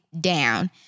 down